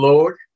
Lord